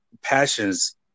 Passions